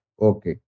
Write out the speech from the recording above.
Okay